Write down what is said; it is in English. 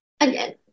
Again